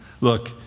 look